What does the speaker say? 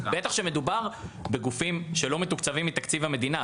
בטח כשמדובר בגופים שלא מתוקצבים מתקציב המדינה.